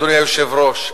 אדוני היושב-ראש,